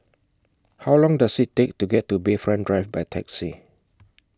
How Long Does IT Take to get to Bayfront Drive By Taxi